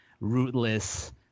rootless